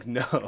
no